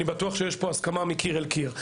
אני בטוח שיש כאן הסכמה מקיר לקיר.